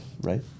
right